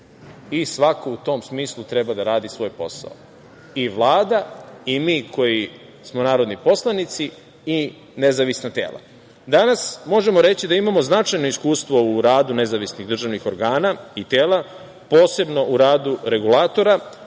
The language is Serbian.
i svako u tom smislu treba da radi svoj posao i Vlada i mi koji smo narodni poslanici i nezavisna tela. Danas možemo reći da imamo značajno iskustvo u radu nezavisnih državnih organa i tela, posebno u radu regulatora.